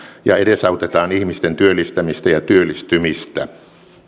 ja edesautetaan ihmisten työllistämistä ja työllistymistä